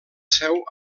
seu